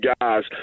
guys